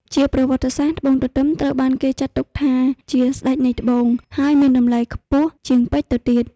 ជាប្រវត្តិសាស្ត្រ ត្បូងទទឹមត្រូវបានគេចាត់ទុកថាជា "ស្តេចនៃត្បូង" ហើយមានតម្លៃខ្ពស់ជាងពេជ្រទៅទៀត។